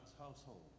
household